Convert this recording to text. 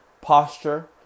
Posture